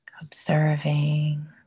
observing